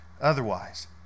otherwise